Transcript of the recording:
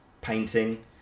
painting